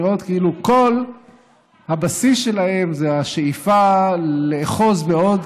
נראות כאילו כל הבסיס שלהן זה השאיפה לאחוז בעוד